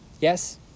yes